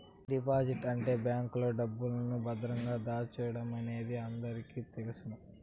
deposit అంటే బ్యాంకులో డబ్బును భద్రంగా దాచడమనేది అందరికీ తెలుసును